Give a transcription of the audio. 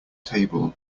table